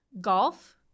golf